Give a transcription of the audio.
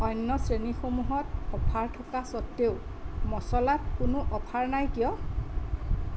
অন্য শ্ৰেণীসমূহত অফাৰ থকা স্বত্তেও মচলাত কোনো অফাৰ নাই কিয়